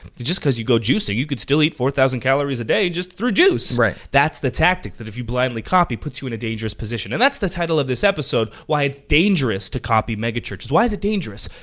just cause you go juicing, you could still eat four thousand calories a day. just through juice. right. that's the tactic that if you blindly copy puts you in a dangerous position. and that's the title of this episode, why it's dangerous to copy megachurches. why is it dangerous?